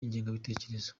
ingengabitekerezo